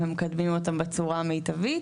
הם מקדמים אותם בצורה המיטבית.